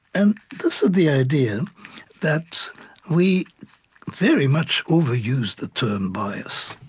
and this is the idea that we very much overuse the term bias.